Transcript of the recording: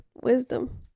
Wisdom